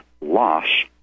loss